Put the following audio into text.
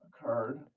occurred